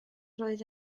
roedd